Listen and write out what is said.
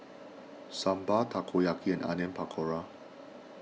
Sambar Takoyaki and Onion Pakora